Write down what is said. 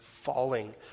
falling